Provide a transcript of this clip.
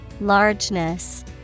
Largeness